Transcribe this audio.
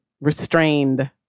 restrained